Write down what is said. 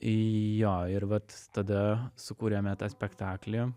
jo ir vat tada sukūrėme tą spektaklį